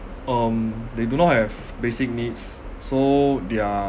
um they do not have basic needs so their